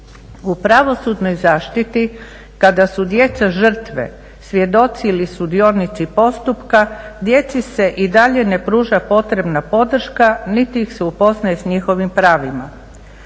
U pravosudnoj zaštiti kada su djeca žrtve, svjedoci ili sudionici postupka djeci se i dalje ne pruža potrebna podrška niti ih se upoznaje s njihovim pravima.